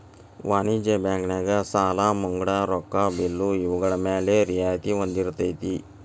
ವಾಣಿಜ್ಯ ಬ್ಯಾಂಕ್ ನ್ಯಾಗ ಸಾಲಾ ಮುಂಗಡ ರೊಕ್ಕಾ ಬಿಲ್ಲು ಇವ್ಗಳ್ಮ್ಯಾಲೆ ರಿಯಾಯ್ತಿ ಹೊಂದಿರ್ತೆತಿ